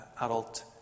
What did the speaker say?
adult